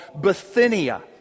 Bithynia